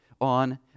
on